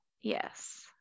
yes